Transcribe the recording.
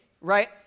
right